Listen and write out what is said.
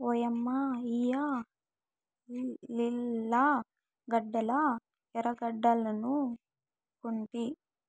ఓయమ్మ ఇయ్యి లిల్లీ గడ్డలా ఎర్రగడ్డలనుకొంటి